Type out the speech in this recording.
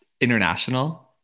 international